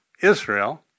Israel